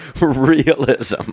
Realism